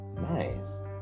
nice